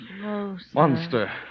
Monster